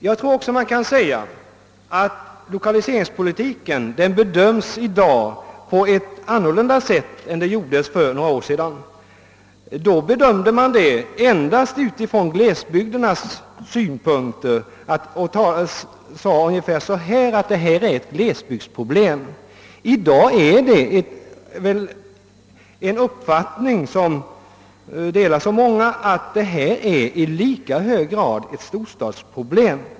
Jag tror också att lokaliseringspolitiken i dag bedöms något annorlunda än för några år sedan — då bedömde man den endast utifrån glesbygdernas synpunkter och ansåg att det rörde sig om glesbygdsproblem. I dag delas väl den uppfattningen av många att detta i lika hög grad är ett storstadsproblem.